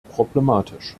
problematisch